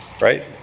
right